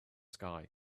sky